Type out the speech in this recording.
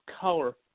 color